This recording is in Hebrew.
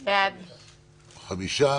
חמישה.